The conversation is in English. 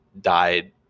died